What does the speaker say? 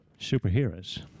superheroes